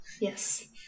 Yes